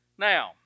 Now